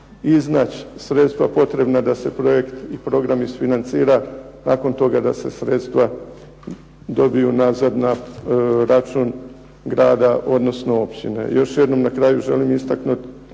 iznaći sredstva potrebna da se projekt i program isfinancira i nakon toga da se sredstva dobiju nazad na račun grada odnosno općine. Još jednom na kraju želim istaknuti